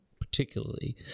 particularly